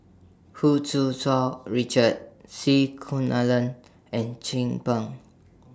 Hu Tsu Tau Richard C Kunalan and Chin Peng